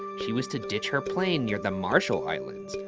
she was to ditch her plane near the marshall islands,